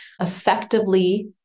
effectively